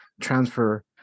transfer